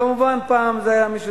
כמובן, פעם זה היה, מי שזוכר,